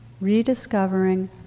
rediscovering